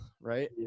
Right